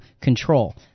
control